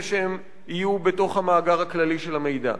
שהן יהיו בתוך המאגר הכללי של המידע.